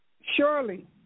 Surely